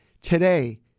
Today